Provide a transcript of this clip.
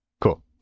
Cool